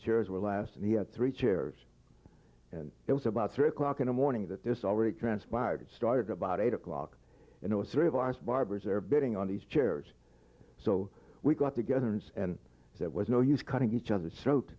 chairs were last in the three chairs and it was about three o'clock in the morning that this already transpired started about eight o'clock and it was three of us barbers are bidding on these chairs so we got together and it was no use cutting each other's throat